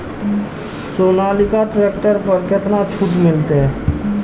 Sonalika tractor पर केतना छूट मिलते?